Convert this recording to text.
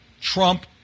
Trump